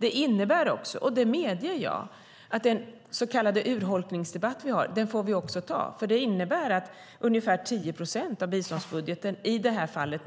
Då får vi också - det medger jag - ta denna så kallade urholkningsdebatt eftersom ungefär 10 procent av biståndsbudgeten, i detta fall,